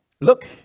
look